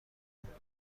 ﮐﺸﯿﺪﯾﻢ